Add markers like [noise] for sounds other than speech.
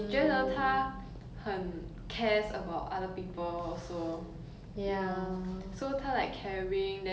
you know so 她 like caring then oh then her her music also nice you know [noise] ya